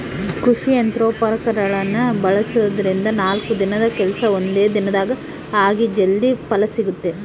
ಕೃಷಿ ಯಂತ್ರೋಪಕರಣಗಳನ್ನ ಬಳಸೋದ್ರಿಂದ ನಾಲ್ಕು ದಿನದ ಕೆಲ್ಸ ಒಂದೇ ದಿನದಾಗ ಆಗಿ ಜಲ್ದಿ ಫಲ ಸಿಗುತ್ತೆ